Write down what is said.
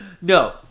No